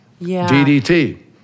DDT